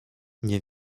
nie